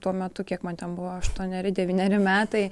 tuo metu kiek man ten buvo aštuoneri devyneri metai